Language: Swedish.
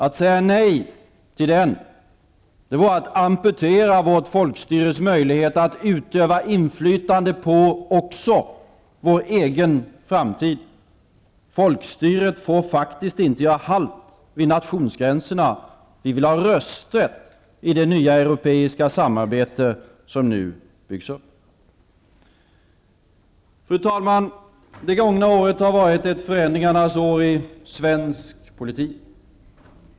Att säga nej till det vore att amputera vårt folkstyres möjligheter att utöva inflytande också på vår egen framtid. Folkstyret får faktiskt inte göra halt vid nationsgränserna. Vi vill ha rösträtt i det nya europeiska samarbete som nu byggs upp. Fru talman! Det gångna året har varit ett förändringens år i svensk politik.